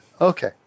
Okay